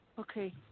Okay